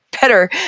better